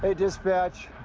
ah dispatch.